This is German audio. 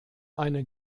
eine